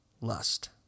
lust